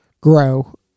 grow